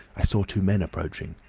i saw two men approaching.